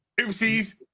Oopsies